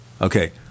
Okay